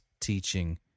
teaching